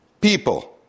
people